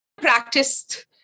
practiced